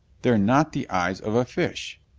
they're not the eyes of a fish!